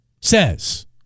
says